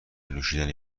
نوشیدنی